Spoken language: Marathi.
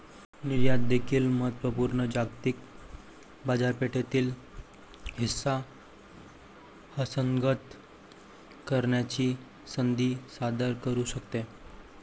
निर्यात देखील महत्त्व पूर्ण जागतिक बाजारपेठेतील हिस्सा हस्तगत करण्याची संधी सादर करू शकते